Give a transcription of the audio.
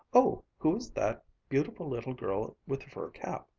oh, who is that beautiful little girl with the fur cap?